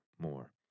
more